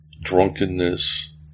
drunkenness